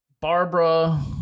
Barbara